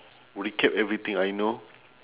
recap everything I know